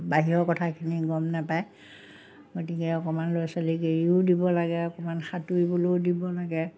বাহিৰৰ কথাখিনি গম নাপায় গতিকে অকণমান ল'ৰা ছোৱালীক এৰিও দিব লাগে অকণমান সাঁতোৰিবলৈও দিব লাগে